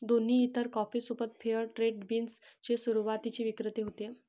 दोन्ही इतर कॉफी सोबत फेअर ट्रेड बीन्स चे सुरुवातीचे विक्रेते होते